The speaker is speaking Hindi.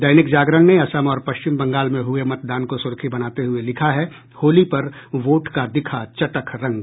दैनिक जागरण ने असम और पश्चिम बंगाल में हुये मतदान को सुर्खी बनाते हुये लिखा है होली पर वोट का दिखा चटख रंग